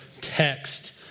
text